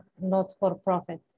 not-for-profit